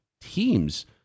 teams